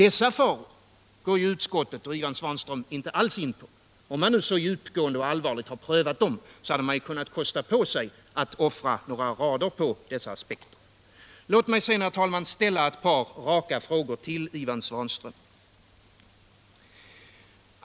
Dessa faror går utskottet och Ivan Svanström inte alls in på. Om man nu så djupgående och allvarligt har prövat dem, borde man ha kunnat ägna några rader åt dessa aspekter. Låt mig sedan, herr talman, ställa ett par raka frågor till Ivan Svanström.